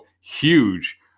huge